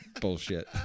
bullshit